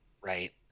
right